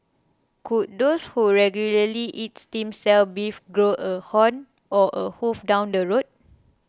could those who regularly eat stem cell beef grow a horn or a hoof down the road